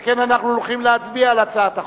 שכן אנחנו הולכים להצביע על הצעת החוק.